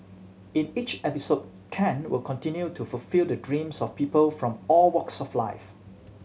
in each episode Ken will continue to fulfil the dreams of people from all walks of life